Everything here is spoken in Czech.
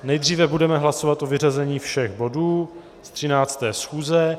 Nejdříve budeme hlasovat o vyřazení všech bodů z 13. schůze.